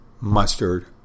mustard